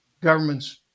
Governments